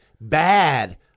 bad